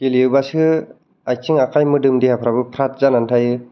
गेलेयोबासो आथिं आखाय मोदोम देहाफोराबो फ्राद जानानै थायो